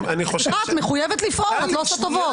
את מחויבת לפעול, את לא עושה טובות.